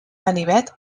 ganivet